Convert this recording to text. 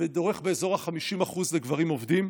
ודורך באזור ה-50% לגברים עובדים?